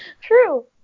True